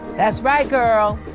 that's right, girl.